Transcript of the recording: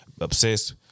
Obsessed